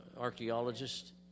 archaeologist